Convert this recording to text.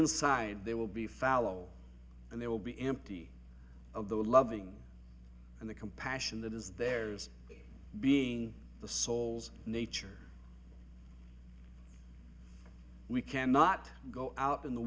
inside they will be fallow and they will be empty of the loving and the compassion that is theirs being the soul's nature we cannot go out in the